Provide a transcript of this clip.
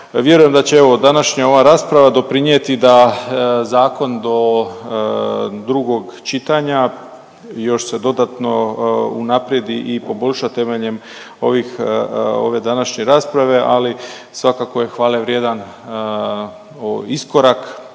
vjerujem da će, evo, današnja ova rasprava doprinijeti da zakon do drugog čitanja još se dodatno unaprijedi i poboljša temeljem ovih, ove današnje rasprave, ali svakako je hvalevrijedan iskorak